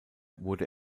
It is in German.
wurde